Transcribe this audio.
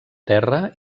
terra